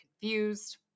confused